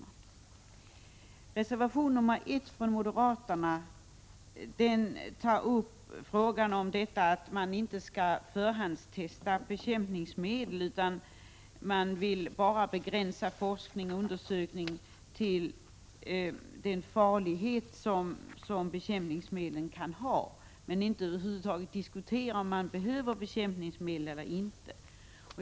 Den moderata reservationen 1 tar upp frågan om förhandstestning av bekämpningsmedel. Reservanterna vill begränsa forskningen och testningen till den farlighet som bekämpningsmedlen kan ha. Däremot vill man inte diskutera huruvida bekämpningsmedel behövs eller inte.